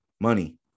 Money